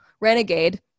renegade